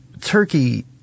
Turkey